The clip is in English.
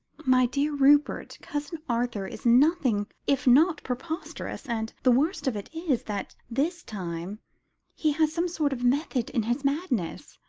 my dear rupert, cousin arthur is nothing if not preposterous, and the worst of it is, that this time he has some sort of method in his madness.